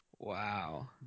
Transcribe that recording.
Wow